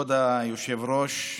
כבוד היושב-ראש,